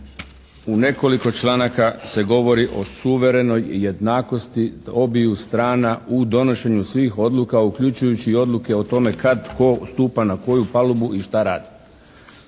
u nekoliko članaka se govori o suverenoj jednakosti obiju strana u donošenju svih odluka uključujući i odluke o tome kad tko stupa na koju palubu i šta radi.